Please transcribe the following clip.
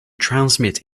transmit